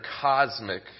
cosmic